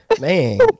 man